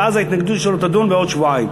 ואז ההתנגדות שלו תידון בעוד שבועיים.